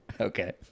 okay